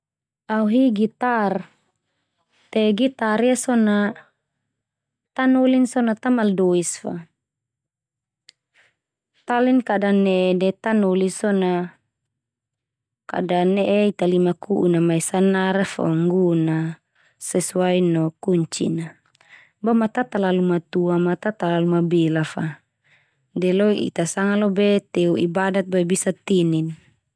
Au hi gitar. Te gitar ia so na tanolin so na ta maldois fa. Talin kada ne de tanoli so na kada ne'e ita lima ku'un mai senar a fo nggun na sesuai no kunci na boma ta talalu matua ma ta talalu mabelanfa de lo ita sanga lobe, teu ibadat bo bisa tinin.